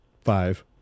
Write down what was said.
five